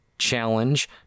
challenge